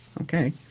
okay